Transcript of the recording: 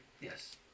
Yes